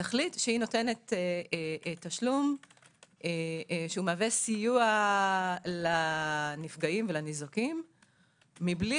ותחליט שהיא תיתן תשלום שמהווה סיוע לנפגעים ולניזוקים מבלי